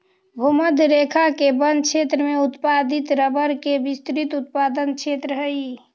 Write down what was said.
भूमध्य रेखा के वन क्षेत्र में उत्पादित रबर के विस्तृत उत्पादन क्षेत्र हइ